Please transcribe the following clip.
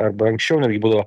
arba anksčiau netgi būdavo